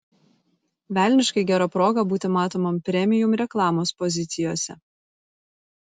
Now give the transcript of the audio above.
velniškai gera proga būti matomam premium reklamos pozicijose